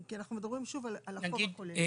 כי אנחנו מדברים על החוב הכולל.